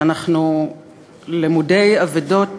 ואנחנו למודי אבדות